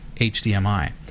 HDMI